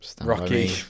Rocky